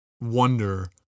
wonder